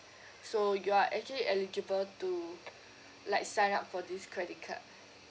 so you are actually eligible to like sign up for this credit card